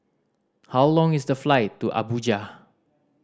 how long is the flight to Abuja